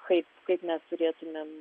kaip kaip mes turėtumėm